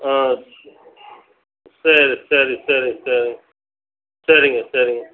ஆ சரி சரி சரி சரி சரிங்க சரிங்க